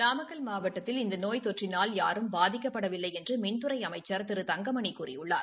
நாமக்கல் மாவட்டத்தில் இந்த நோய் தொற்றினால் யாரும் பாதிக்கப்படவில்லை என்று மின்துறை அமைச்சர் திரு தங்கமணி கூறியுள்ளார்